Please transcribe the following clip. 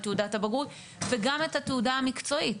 תעודת הבגרות וגם את התעודה המקצועית.